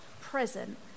present